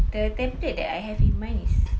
the template that I have in mind is